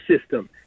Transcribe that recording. system